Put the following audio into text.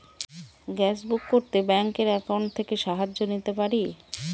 Gas book করতে ব্যাংকের account থেকে সাহায্য নিতে পারি?